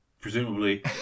presumably